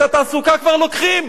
את התעסוקה כבר לוקחים.